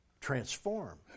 transform